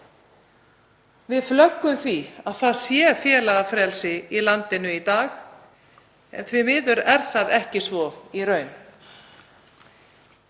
Við flöggum því að það sé félagafrelsi í landinu í dag en því miður er það ekki svo í raun.